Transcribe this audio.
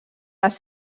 les